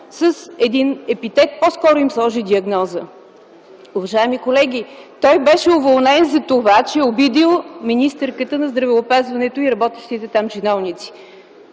с един епитет, по-скоро им сложи диагноза. Уважаеми колеги, той беше уволнен за това, че обидил министърката на здравеопазването и работещите там чиновници.